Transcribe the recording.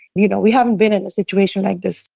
you know, we haven't been in a situation like this.